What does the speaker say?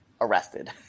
arrested